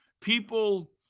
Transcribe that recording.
People